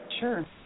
sure